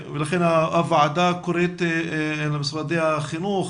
הוועדה קוראת למשרדי החינוך,